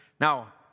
Now